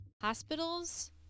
Hospitals